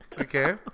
Okay